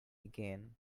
again